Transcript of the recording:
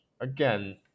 again